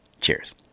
Cheers